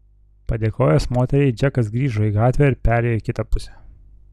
padėkojęs moteriai džekas grįžo į gatvę ir perėjo į kitą pusę